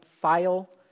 file